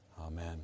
Amen